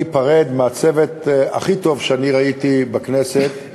אני אפרד מהצוות הכי טוב שאני ראיתי בכנסת,